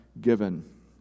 given